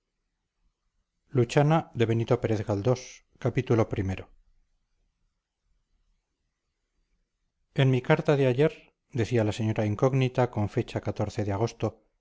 en mi carta de ayer decía la señora incógnita con fecha de agosto